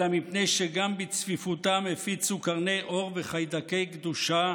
אלא מפני שגם בצפיפותם הפיצו קרני אור וחיידקי קדושה,